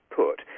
put